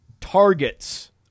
targets